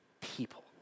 people